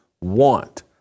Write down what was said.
want